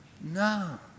no